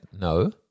no